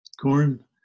corn